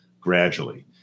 gradually